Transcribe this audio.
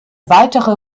weitere